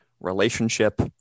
relationship